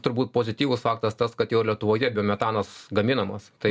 turbūt pozityvus faktas tas kad jo lietuvoje biometanas gaminamas tai